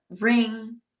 ring